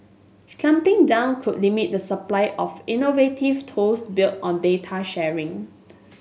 clamping down could limit the supply of innovative tools built on data sharing